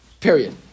period